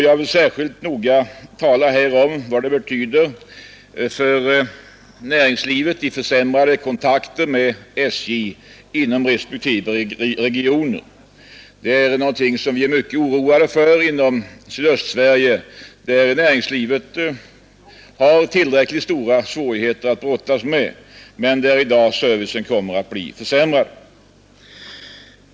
Jag vill här särskilt noggrant tala om vad det betyder för näringslivet i försämrade kontakter med SJ inom respektive regioner. Det är något som vi är mycket oroliga för i Sydöstsverige, där näringslivet har tillräckligt stora svårigheter att brottas med i dag men där nu servicen kommer att bli försämrad.